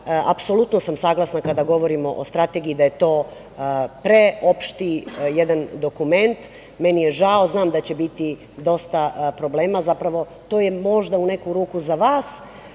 Apsolutno sam saglasna, kada govorimo o strategiji, da je to preopšti jedan dokument. Meni je žao, znam da će biti dosta problema. Zapravo, to je možda u neku ruku za vas,